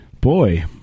boy